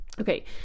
Okay